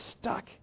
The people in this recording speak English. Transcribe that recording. stuck